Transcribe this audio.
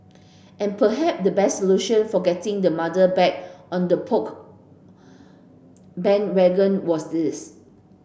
and perhaps the best solution for getting the mother back on the Poke bandwagon was this